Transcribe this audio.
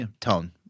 tone